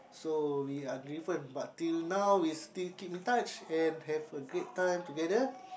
so we are different but until now we still keep in touch and have a great time together